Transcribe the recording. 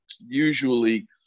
usually